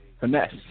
Finesse